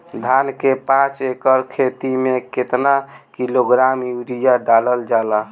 धान के पाँच एकड़ खेती में केतना किलोग्राम यूरिया डालल जाला?